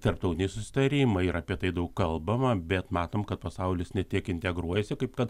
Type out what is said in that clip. tarptautiniai susitarimai ir apie tai daug kalbama bet matom kad pasaulis ne tiek integruojasi kaip kad